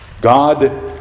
God